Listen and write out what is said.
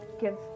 give